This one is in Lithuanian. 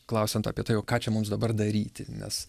klausiant apie tai o ką čia mums dabar daryti nes